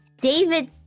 David's